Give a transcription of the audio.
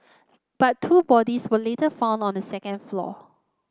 but two bodies were later found on the second floor